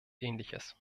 ähnliches